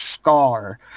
scar